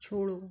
छोड़ो